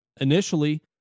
Initially